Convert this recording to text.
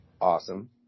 Awesome